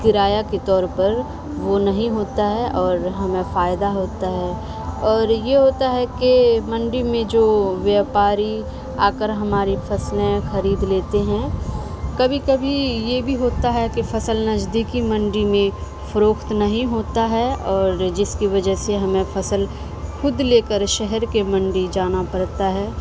کرایہ کے طور پر وہ نہیں ہوتا ہے اور ہمیں فائدہ ہوتا ہے اور یہ ہوتا ہے کہ منڈی میں جو ویاپاری آ کر ہماری فصلیں خرید لیتے ہیں کبھی کبھی یہ بھی ہوتا ہے کہ فصل نجدیکی منڈی میں فروخت نہیں ہوتا ہے اور جس کی وجہ سے ہمیں فصل خود لے کر شہر کے منڈی جانا پڑتا ہے